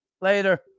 Later